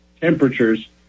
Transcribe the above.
temperatures